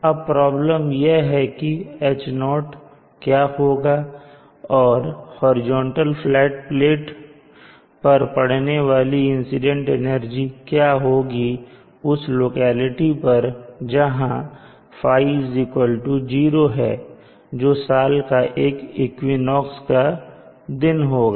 अब प्रॉब्लम यह है कि H0 क्या होगा और हॉरिजॉन्टल प्लेट प्लेट पर पड़ने वाली इंसीडेंट एनर्जी क्या होगी उस लोकेलिटी पर जहां ϕ0 है जो साल का एक इक्विनोक्स का दिन होगा